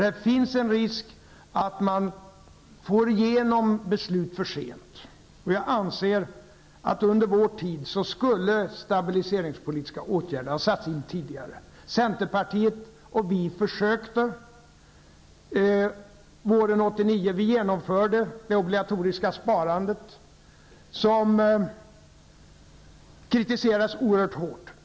Det finns en risk för att man får igenom beslut för sent. Jag anser att under vår regeringstid borde det ha satts in stabiliseringspolitiska åtgärder tidigare. Centerpartiet och vi socialdemokrater gjorde ett försök. Under våren 1989 genomfördes det obligatoriska sparandet, som kritiserades oerhört hårt.